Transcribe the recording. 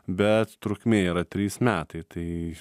bet trukmė yra trys metai tai